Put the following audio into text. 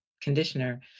conditioner